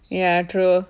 ya true